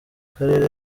karere